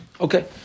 Okay